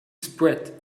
spread